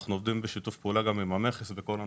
אנחנו עובדים בשיתוף פעולה עם המכס בכל הנושא.